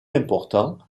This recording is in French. important